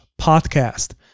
podcast